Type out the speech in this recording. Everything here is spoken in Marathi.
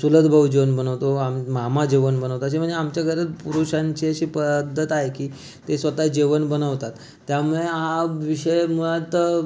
चुलत भाऊ जेवण बनवतो आम मामा जेवण बनवतात असे म्हणजे आमच्या घरात पुरुषांची अशी पद्धत आहे की ते स्वत जेवण बनवतात त्यामुळे हा विषय मुळात